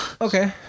okay